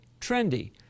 trendy